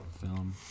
film